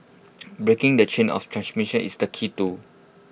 breaking the chain of transmission is the key to